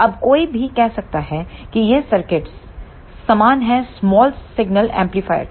अब कोई भी कह सकता है कि यह सर्किट समान है स्मॉल सिग्नल एम्पलीफायर के